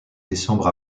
décembre